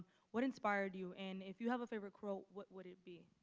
what inspired you? and if you have a favorite quote, what would it be?